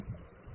ठीक है